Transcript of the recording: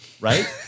right